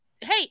hey